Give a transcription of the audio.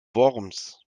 worms